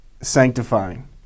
sanctifying